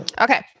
Okay